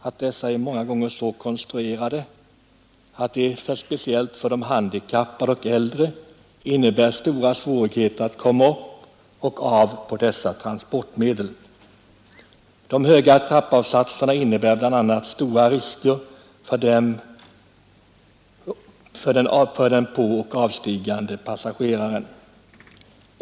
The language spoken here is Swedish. Avsatserna är många gånger så konstruerade att speciellt de handikappade och äldre har stora svårigheter att stiga på och av dessa transportmedel. De höga trappavsatserna innebär bl.a. stora risker för den påoch avstigande passageraren.